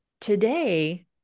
today